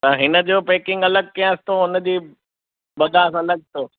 त हिन जो पैकिंग अलॻि कयांसि थो हुनजी ॿधास अलॻि थो